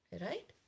Right